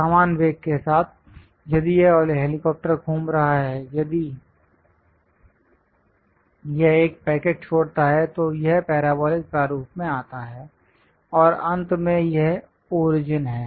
समान वेग के साथ यदि यह हेलीकॉप्टर घूम रहा है यदि यह एक पैकेट छोड़ता है तो यह पैराबोलिक प्रारूप में आता है और अंत में यह ओरिजिन है